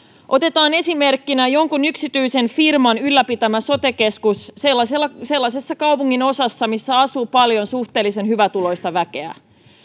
otetaan esimerkkinä jonkun yksityisen firman ylläpitämä sote keskus sellaisessa kaupunginosassa missä asuu paljon suhteellisen hyvätuloista väkeä